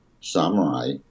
Samurai